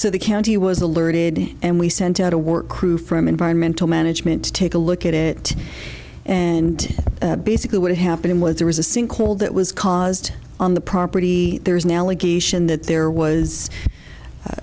so the county was alerted and we sent out a work crew from environmental management to take a look at it and basically what happened was there was a sinkhole that was caused on the property there's now legation that there was